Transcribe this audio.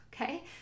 okay